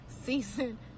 season